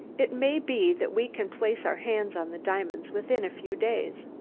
it may be that we can place our hands on the diamonds within a few days.